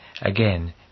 Again